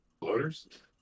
Loaders